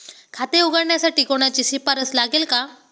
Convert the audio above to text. खाते उघडण्यासाठी कोणाची शिफारस लागेल का?